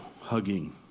hugging